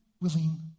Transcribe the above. willing